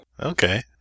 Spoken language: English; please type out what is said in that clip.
Okay